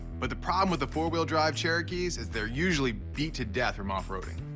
but the problem with the four-wheel drive cherokees is they're usually beat to death from off roading,